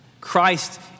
Christ